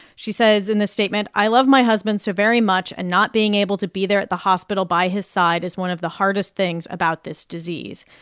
she says in the statement, i love my husband so very much, and not being able to be there at the hospital by his side is one of the hardest things about this disease.